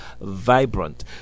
vibrant